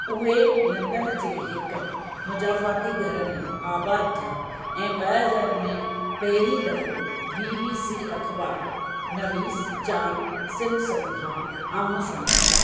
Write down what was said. उहे लंदन जे हिकु मुज़ाफ़ाती घर में आबादु थिया ऐं ॿ हज़ार में पहिरीं दफ़ो बी बी सी अख़बार नवीस जॉन सिम्पसन खां आम्हूं साम्हूं थिया